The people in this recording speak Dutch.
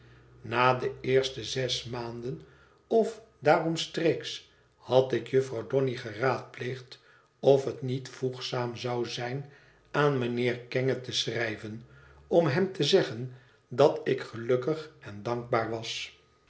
na de eerste zes maanden of daaromstreeks had ik jufvrouw donny geraadpleegd of het niet voegzaam zou zijn aan mijnheer kenge te schrijven om hem te zeggen dat ik gelukkig en dankbaar was